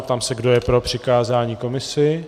Ptám se, kdo je pro přikázání komisi.